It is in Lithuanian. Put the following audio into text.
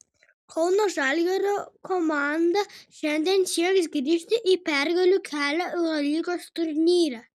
kauno žalgirio komanda šiandien sieks grįžti į pergalių kelią eurolygos turnyre